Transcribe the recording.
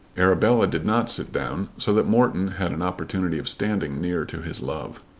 arabella did not sit down, so that morton had an opportunity of standing near to his love.